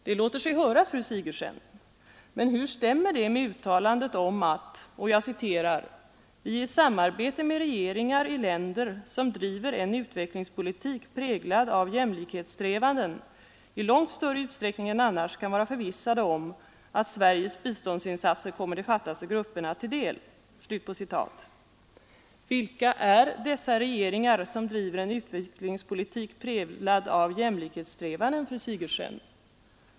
Det låter sig höras, fru Sigurdsen, men hur stämmer det med uttalandet om att ”vi i samarbete med regeringar i länder som driver en utvecklingspolitik präglad av jämlikhetssträvanden i långt större utsträckning än annars kan vara förvissade om att Sveriges biståndsinsatser kommer de fattigaste grupperna till del”? Vilka är dessa regeringar som driver en utvecklingspolitik präglad av jämlikhetssträvanden, fru Sigurdsen?